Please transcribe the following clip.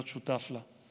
להיות שותף לה.